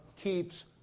keeps